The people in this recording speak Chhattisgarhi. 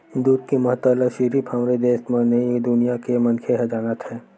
दूद के महत्ता ल सिरिफ हमरे देस म नइ दुनिया के मनखे ह जानत हे